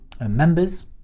members